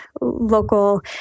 local